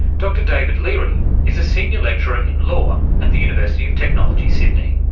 dr david leary is a senior lecturer in law at the university of technology, sydney.